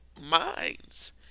minds